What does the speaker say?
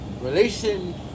relation